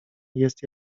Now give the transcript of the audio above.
jest